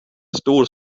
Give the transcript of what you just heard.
stor